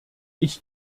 ich